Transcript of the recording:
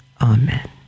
Amen